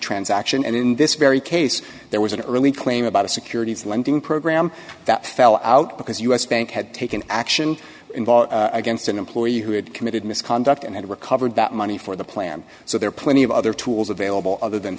transaction and in this very case there was an early claim about a securities lending program that fell out because u s bank had taken action involved against an employee who had committed misconduct and recovered that money for the plan so there are plenty of other tools available other than